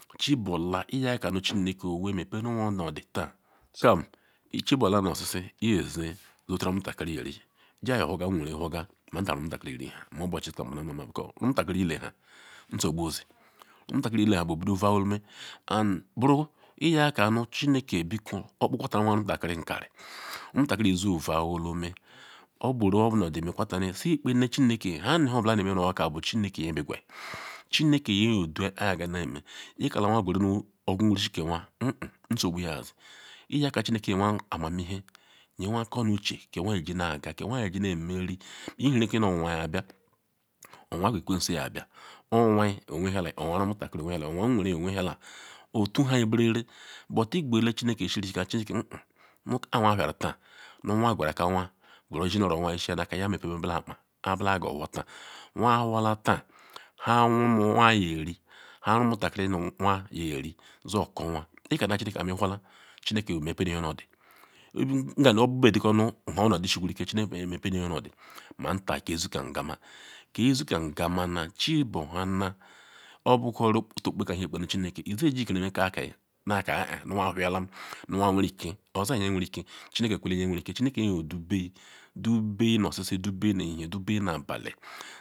Chibula iyakanu chineke owee mepenu nwaa onodi taa some chibule nu oshishi iyezi yoturu nha omutakiri nyeri jaa yowhoga nweren yowhorga nta ma mutakiri rinha nu obuchi bumanamko ma omutakiri rilenhe be vudo ome owhoreoma and buruiyaka nu chineke obiko okpukwata anwa omutakiri anwa nkari kpo omutakiri anwa nyovu owhoreme oqwuru onodi mekwatani siekpe nu chineke nha nu nha obula aneme nu onwaka obu chineke yameguyi chineke bu nye yedu kpo agame eme, ikanam anwa qwuru oqwu risi ke anwa nsogbu yazi iyaka chineke ye anwa amamemhe yeanwa akonuche ke anwa yeanwa akonuche ke anwa yejinaka ke anwa nemezi nu ihe nu kini owunwa yabia. Onwunwa ke ekwesu yabia onwa owehiale onwa onutakiri owehiala onwa nweren owehiele otuhayi berere but eqwuri chineke iyisirisi chineke nu kpa anwayi ihuhia ru taa nu anwa qweruru aka anwa nu ezi nu-oro anwa nu yemebenu bena akpa nu kpo anwa ka ohuho taa nu anwa nhuhorla taan nu nha anwa nu nha omutakiri anwa nyeri zor oko anwa, ika ne chineke kam iwhorla chineke yemepeni onodi nkam obebediko noodi nsigarike chineke yebia emepoe ne ono eli manta ke isukam gama. Nke isukam qamana chibuhana obukoriri otu-okpokpe ken iyeji nu ekpenu chineke iyeji ikerima aka kai haka hehe nu anwa huhiala anwa werike oza nye werike chineke kolen nye werike chineke yedube dube nu oshishi dube nu ahehen dube nu abali.